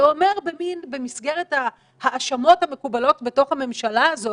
ואומר במסגרת האשמות המקובלות בתוך הממשלה הזאת,